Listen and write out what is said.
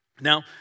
Now